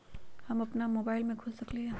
हम अपना मोबाइल से खोल सकली ह?